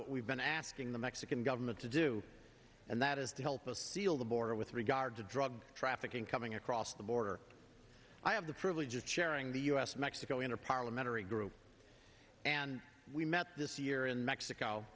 what we've been asking the mexican government to do and that is to help us seal the border with regard to drug trafficking coming across the border i have the privilege of sharing the u s mexico in a parliamentary group and we met this year in mexico